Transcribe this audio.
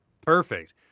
perfect